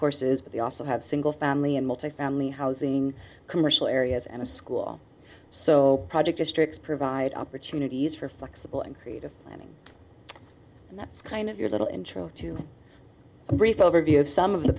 courses but they also have single family and multi family housing commercial areas and a school so project districts provide opportunities for flexible and creative planning and that's kind of your little intro to a brief overview of some of the